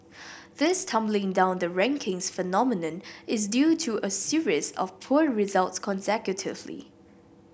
this tumbling down the rankings phenomenon is due to a series of poor results consecutively